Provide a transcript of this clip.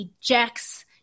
ejects